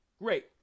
Great